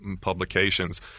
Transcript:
publications